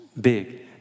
big